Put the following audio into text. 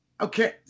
okay